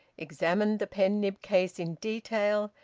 examined the pen-nib case in detail,